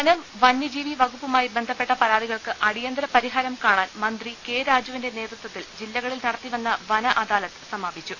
വനം വന്യജീവി വകുപ്പുമായി ബന്ധപ്പെട്ട പരാതികൾക്ക് അടി യന്തര പരിഹാരം കാണാൻ മന്ത്രി കെ രാജുവിന്റെ നേതൃത്വത്തിൽ ജില്ലകളിൽ നടത്തിവന്ന വനഅദാലത്ത് സമാപിച്ചു